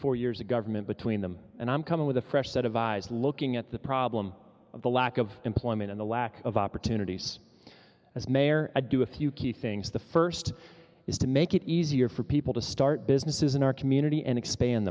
four years a government between them and i'm coming with a fresh set of eyes looking at the problem of the lack of employment and a lack of opportunities as mayor a do a few key things the first is to make it easier for people to start businesses in our community and expand